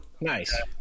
nice